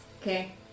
okay